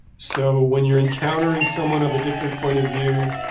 so when you're encountering someone of a different point of view,